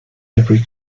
every